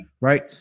right